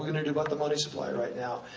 gonna do about the money supply right now?